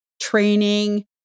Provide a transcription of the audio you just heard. training